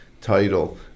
title